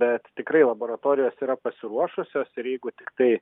bet tikrai laboratorijos yra pasiruošusios ir jeigu tiktai